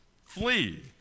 flee